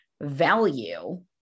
value